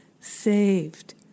saved